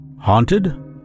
Haunted